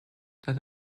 that